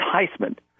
enticement